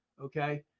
okay